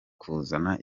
kuzana